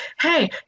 hey